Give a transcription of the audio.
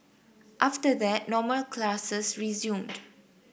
after that normal classes resumed